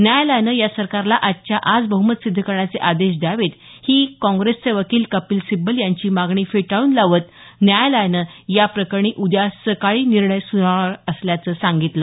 न्यायालयानं या सरकारला आजच्या आज बहमत सिद्ध करण्याचे आदेश द्यावे ही काँग्रेसचे वकील कपिल सिब्बल यांची मागणी फेटाळून लावत न्यायालयाने या प्रकरणी उद्या सकाळी निर्णय सुनावणार असल्याचं सांगितलं